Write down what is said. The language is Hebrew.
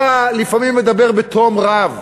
אתה לפעמים מדבר בתום רב.